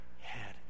head